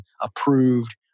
approved